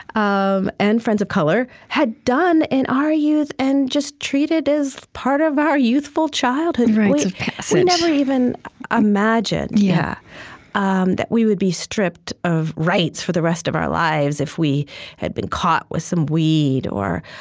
um and friends of color had done in our youth and just treated as part of our youthful childhood rites of passage we never even imagined yeah um that we would be stripped of rights for the rest of our lives if we had been caught with some weed, or